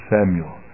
Samuel